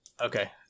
okay